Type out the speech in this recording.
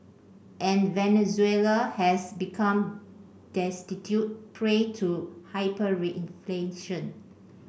and Venezuela has become destitute prey to hyperinflation